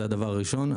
זה הדבר הראשון.